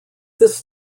this